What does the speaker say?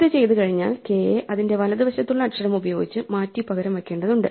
ഇത് ചെയ്തുകഴിഞ്ഞാൽ k യെ അതിന്റെ വലതുവശത്തുള്ള അക്ഷരമുപയോഗിച്ച് മാറ്റി പകരം വയ്ക്കേണ്ടതുണ്ട്